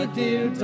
dear